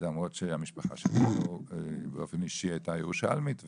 למרות שהמשפחה שלי באופן אישי הייתה ירושלמית,